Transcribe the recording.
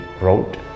wrote